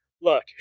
Look